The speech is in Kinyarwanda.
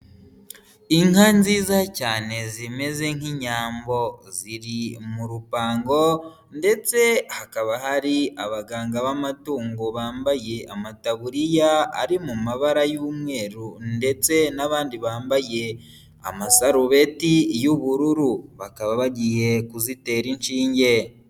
Inka nziza cyane zimeze nk'inyambo, ziri mu rupango ndetse hakaba hari abaganga b'amatungo bambaye amataburiya ari mu mabara y'umweru ndetse n'abandi bambaye amasarubeti y'ubururu, bakaba bagiye kuzitera inshinge.